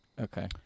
Okay